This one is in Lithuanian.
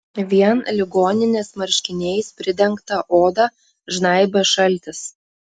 vien ligoninės marškiniais pridengtą odą žnaibė šaltis